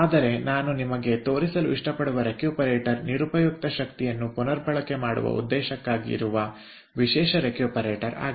ಆದರೆ ನಾನು ನಿಮಗೆ ತೋರಿಸಲು ಇಷ್ಟಪಡುವ ರೆಕ್ಯೂಪರೇಟರ್ ನಿರುಪಯುಕ್ತ ಶಕ್ತಿಯನ್ನು ಪುನರ್ಬಳಕೆಮಾಡುವ ಉದ್ದೇಶಕ್ಕಾಗಿ ಇರುವ ವಿಶೇಷ ರೆಕ್ಯೂಪರೇಟರ್ ಆಗಿದೆ